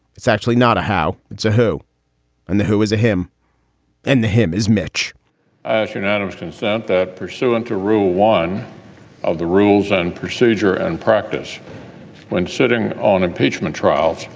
it's actually not a how to who and the who is a hymn and the hymn is much as unanimous consent that pursuant to rule one of the rules and procedure and practice when sitting on impeachment trial.